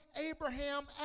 Abraham